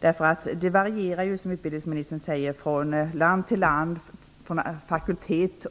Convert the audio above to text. Som utbildningsministern säger varierar benämningarna från land till land och t.o.m. från fakultet